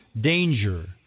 danger